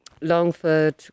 Longford